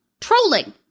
trolling